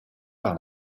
par